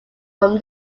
from